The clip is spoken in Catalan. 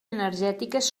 energètiques